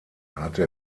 hatte